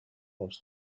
aus